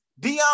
Deion